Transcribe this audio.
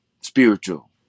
spiritual